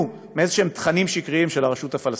מאיזשהם תכנים שקריים של הרשות הפלסטינית.